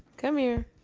come here.